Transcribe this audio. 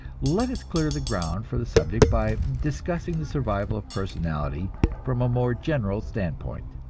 let us clear the ground for the subject by discussing the survival of personality from a more general standpoint.